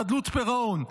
חדלות פירעון,